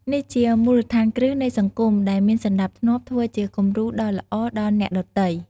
នេះជាមូលដ្ឋានគ្រឹះនៃសង្គមដែលមានសណ្ដាប់ធ្នាប់ធ្វើជាគំរូដ៏ល្អដល់អ្នកដទៃ។